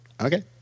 okay